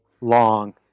long